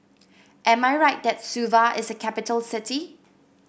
am I right that Suva is a capital city